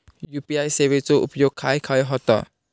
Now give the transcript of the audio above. UPI सेवेचा उपयोग खाय खाय होता?